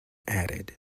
added